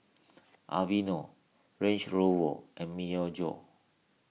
Aveeno Range Rover and Myojo